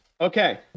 Okay